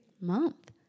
month